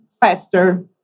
faster